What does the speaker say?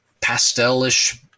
pastel-ish